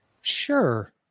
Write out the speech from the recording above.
Sure